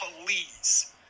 Police